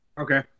Okay